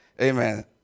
Amen